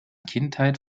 kindheit